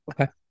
Okay